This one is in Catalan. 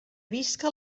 visca